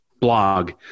blog